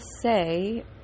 say